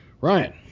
Ryan